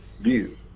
view